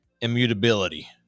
immutability